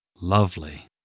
Lovely